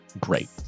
great